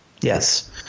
Yes